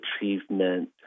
achievement